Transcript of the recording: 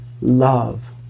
love